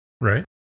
right